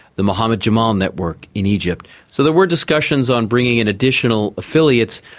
the muhammad jamal network in egypt. so there were discussions on bringing in additional affiliates,